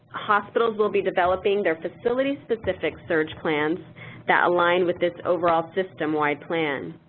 hospitals will be developing their facility-specific surge plans that align with this overall system-wide plan.